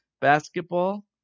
Basketball